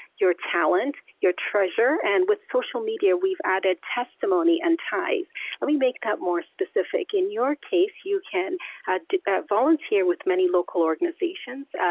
your talent, your treasure. and with social media, we've added testimony and ties let me make that more specific. in your case, you can ah volunteer with many local organizations.